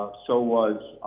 so was